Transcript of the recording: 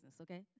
okay